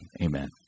Amen